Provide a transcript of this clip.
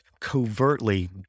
covertly